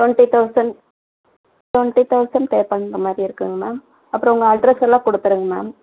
twenty thousand twenty thousand pay பண்ணுறமாரி இருக்குங்க ma'am அப்புறம் உங்கள் அட்ரெஸெல்லாம் கொடுத்துருங்க மேம்